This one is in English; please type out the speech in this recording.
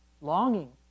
longing